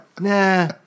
Nah